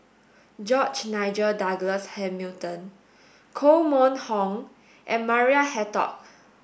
George Nigel Douglas Hamilton Koh Mun Hong and Maria Hertogh